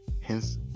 hence